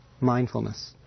mindfulness